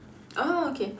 oh okay